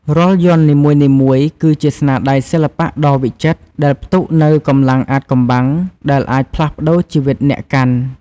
រាល់យ័ន្តនីមួយៗ គឺជាស្នាដៃសិល្បៈដ៏វិចិត្រ ដែលផ្ទុកនូវកម្លាំងអាថ៌កំបាំង ដែលអាចផ្លាស់ប្ដូរជីវិតអ្នកកាន់។